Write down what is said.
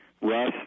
Russ